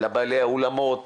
לבעלי האולמות,